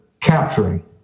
capturing